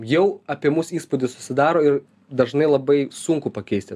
jau apie mūsų įspūdis susidaro ir dažnai labai sunku pakeisti